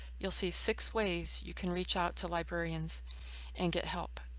you'll see six ways you can reach out to librarians and get help.